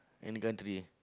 any country